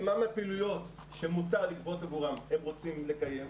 מה מהפעילויות שמותר לגבות עבורן הם רוצים לקיים,